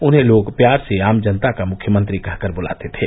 उन्हें लोग प्यार से आम जनता का मुख्यमंत्री कहकर बुलाते थे